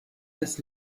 das